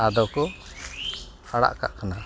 ᱟᱫᱚᱠᱚ ᱟᱲᱟᱜᱼᱠᱟᱜ ᱠᱟᱱᱟ